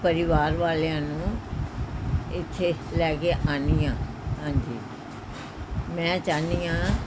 ਪਰਿਵਾਰ ਵਾਲਿਆਂ ਨੂੰ ਇੱਥੇ ਲੈ ਕੇ ਆਉਂਦੀ ਹਾਂ ਹਾਂਜੀ ਮੈਂ ਚਾਹੁੰਦੀ ਹਾਂ